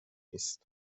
نیست